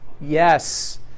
Yes